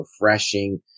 refreshing